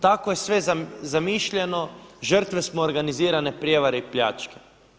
Tako je sve zamišljeno, žrtve smo organizirane prijevare i pljačke.